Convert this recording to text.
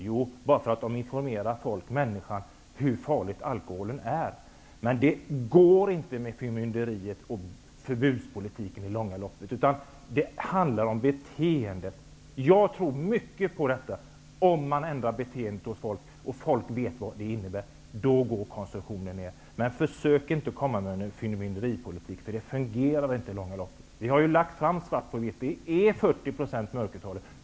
Jo, därför att man informerade människor om hur farlig alkoholen är. Det går inte med förmynderi och förbudspolitik i det långa loppet. Det handlar om beteende. Jag tror att om man kan ändra beteendet hos folk och folk vet vad det hela innebär, då går konsumtionen ned. Försök inte att komma med förmyndarpolitik, för det fungerar inte i det långa loppet. Vi har svart på vitt: Det är 40 % mörkertal.